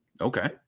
Okay